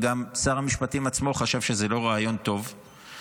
וגם שר המשפטים עצמו חשב שזה לא רעיון טוב,